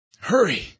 Hurry